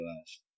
last